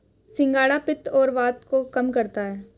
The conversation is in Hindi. सिंघाड़ा पित्त और वात को कम करता है